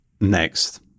next